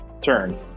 turn